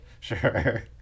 Sure